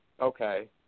Okay